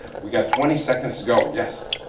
we got twenty seconds to go, yes.